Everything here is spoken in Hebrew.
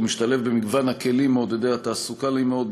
הוא משתלב במגוון הכלים מעודדי התעסוקה לאימהות עובדות,